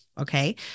Okay